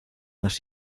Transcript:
las